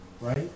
Right